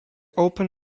open